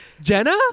Jenna